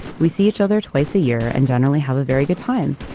we see each other twice a year and generally have a very good time.